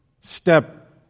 step